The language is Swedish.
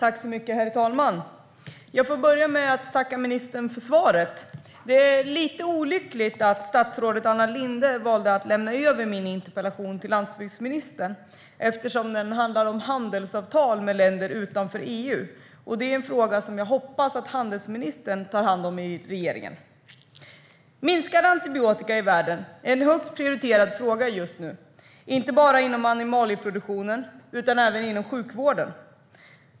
Herr talman! Jag får börja med att tacka ministern för svaret. Det är lite olyckligt att statsrådet Ann Linde har valt att lämna över min interpellation till landsbygdsministern, eftersom den handlar om handelsavtal med länder utanför EU, och det är en fråga som jag hoppas att handelsministern har hand om i regeringen. Minskad antibiotika i världen är en högt prioriterad fråga just nu, inte bara inom animalieproduktionen utan även inom sjukvården.